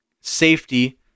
safety